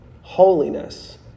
holiness